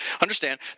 understand